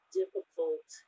difficult